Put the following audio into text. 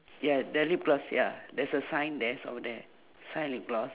ya the lip gloss ya there's a sign there it's over there sign lip gloss